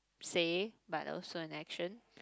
say but also an action